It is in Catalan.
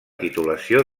titulació